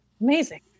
Amazing